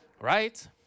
right